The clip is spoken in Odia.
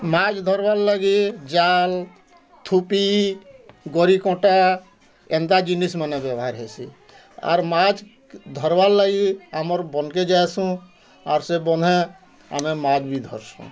ମାଛ୍ ଧରବାର୍ ଲାଗି ଜାଲ୍ ଥୁପି ଗରି କଣ୍ଟା ଏନ୍ତା ଜିନିଷ୍ ମାନେ ବ୍ୟବହାର ହେସିଁ ଆର୍ ମାଛ୍ ଧରବାର୍ ଲାଗି ଆମର୍ ବନକେ ଯାଆସୁଁ ଆର୍ ସେ ବହ୍ନେ ଆମେ ମାଛ୍ ବି ଧରସୁଁ